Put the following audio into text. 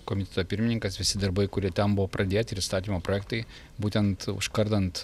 komiteto pirmininkas visi darbai kurie ten buvo pradėti ir įstatymo projektai būtent užkardant